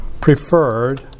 preferred